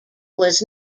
was